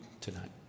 tonight